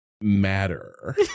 matter